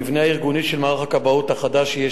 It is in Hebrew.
המבנה הארגוני של מערך הכבאות החדש יהיה